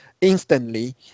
instantly